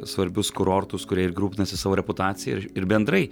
svarbius kurortus kurie irgi rūpinasi savo reputacija ir ir bendrai